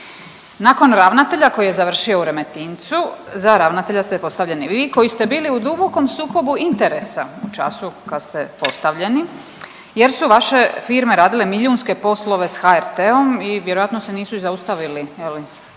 Nakon ravnatelja koji je završio u Remetincu, za ravnatelja ste postavljeni vi koji ste bili u dubokom sukobu interesa u času kad ste postavljeni jer su vaše firme radile milijunske poslove s HRT-om i vjerojatno se nisu zaustavili,